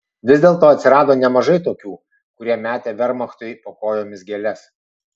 vis dėlto atsirado nemažai tokių kurie metė vermachtui po kojomis gėles